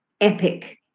epic